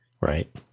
Right